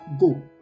go